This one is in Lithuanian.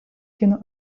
kinų